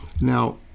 Now